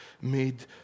made